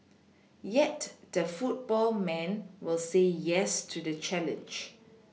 yet the football man will say yes to the challenge